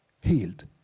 healed